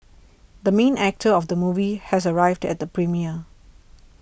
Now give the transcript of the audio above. the main actor of the movie has arrived at the premiere